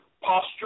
posture